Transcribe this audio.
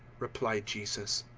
replied jesus.